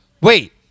Wait